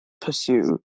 pursue